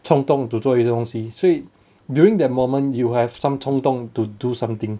冲动 to 做一个东西所以 during that moment you have some 冲动 to do something